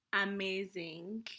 amazing